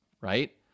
right